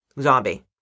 zombie